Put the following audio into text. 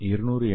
200 என்